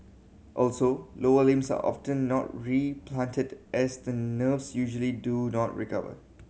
also lower limbs are often not replanted as the nerves usually do not recover